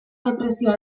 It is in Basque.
depresioa